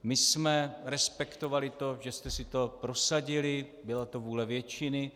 My jsme respektovali to, že jste si to prosadili, byla to vůle většiny.